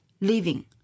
living